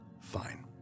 Fine